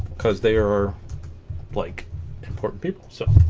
because they are like important people so